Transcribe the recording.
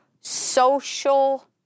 social